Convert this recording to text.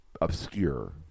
obscure